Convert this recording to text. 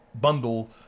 Bundle